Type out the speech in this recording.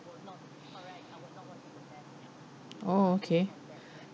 orh okay